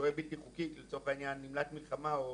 שוהה בלתי חוקי או לצורך העניין נמלט מלחמה או